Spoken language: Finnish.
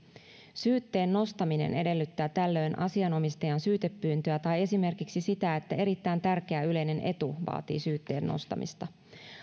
syytteen nostaminen edellyttää tällöin asianomistajan syytepyyntöä tai esimerkiksi sitä että erittäin tärkeä yleinen etu vaatii syytteen nostamista